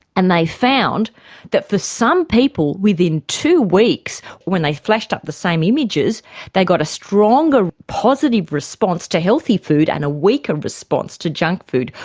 and they found that for some people, within two weeks when they flashed up the same images they got a stronger positive response to healthy food and a weaker response to junk food,